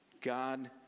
God